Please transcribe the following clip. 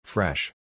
Fresh